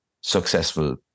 successful